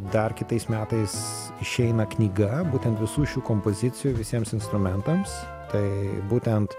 dar kitais metais išeina knyga būtent visų šių kompozicijų visiems instrumentams tai būtent